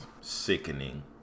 sickening